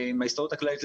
עם ההסתדרות הכללית,